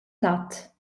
tat